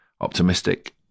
optimistic